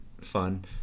fun